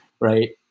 right